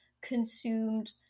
consumed